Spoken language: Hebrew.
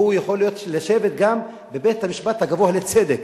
והוא יכול לשבת גם בבית-המשפט הגבוה לצדק.